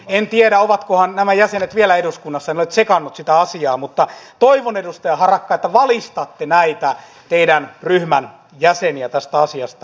en tiedä ovatkohan nämä jäsenet vielä eduskunnassa en ole tsekannut sitä asiaa mutta toivon edustaja harakka että valistatte näitä teidän ryhmän jäseniä tästä asiasta